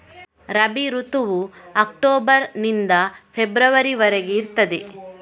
ರಬಿ ಋತುವು ಅಕ್ಟೋಬರ್ ನಿಂದ ಫೆಬ್ರವರಿ ವರೆಗೆ ಇರ್ತದೆ